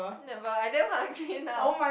never I never hungry now